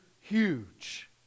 huge